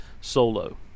solo